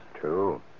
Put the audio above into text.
True